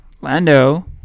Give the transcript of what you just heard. Lando